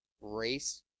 race